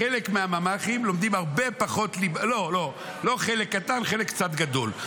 בחלק מהממ"חים, לא, לא, לא חלק קטן, חלק קצת גדול,